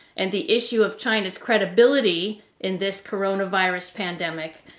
and the issue of china's credibility in this coronavirus pandemic.